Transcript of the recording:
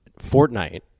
Fortnite